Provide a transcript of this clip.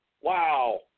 Wow